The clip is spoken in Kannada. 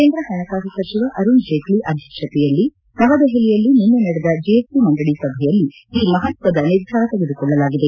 ಕೇಂದ್ರ ಹಣಕಾಸು ಸಚಿವ ಅರುಣ್ ಜೇಟ್ನ ಅಧ್ಯಕ್ಷತೆಯಲ್ಲಿ ನವದೆಹಲಿಯಲ್ಲಿ ನಿನ್ನೆ ನಡೆದ ಜಿಎಸ್ಟಿ ಮಂಡಳಿ ಸಭೆಯಲ್ಲಿ ಈ ಮಹತ್ವದ ನಿರ್ಧಾರ ತೆಗೆದುಕೊಳ್ಳಲಾಗಿದೆ